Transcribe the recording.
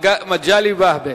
מגלי והבה.